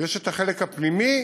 ויש החלק הפנימי,